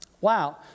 Wow